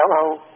Hello